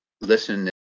listen